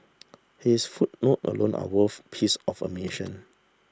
his footnote alone are worth piece of admission